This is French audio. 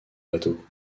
bateau